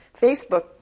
Facebook